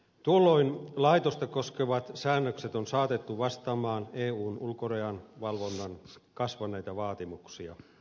tuolloin laitosta koskevat säännökset on saatettu vastaamaan eun ulkorajan valvonnan kasvaneita vaatimuksia